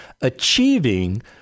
achieving